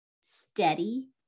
steady